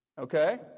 Okay